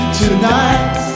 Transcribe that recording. tonight